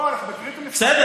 בוא, אנחנו מכירים, בסדר.